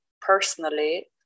personally